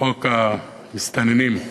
חוק המסתננים?